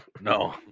No